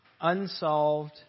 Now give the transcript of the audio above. unsolved